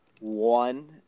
one